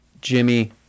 Jimmy